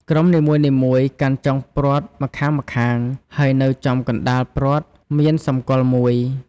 ក្រុមនីមួយៗកាន់ចុងព្រ័ត្រម្ខាងៗ ហើយនៅចំកណ្ដាលព្រ័ត្រមានសម្គាល់មួយ។